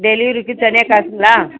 டெலிவரிக்கு தனியாக காசுங்களா